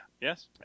Yes